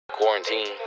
Quarantine